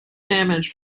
damage